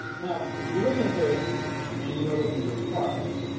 now you're looking at this and you know that these are plugs,